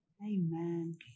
Amen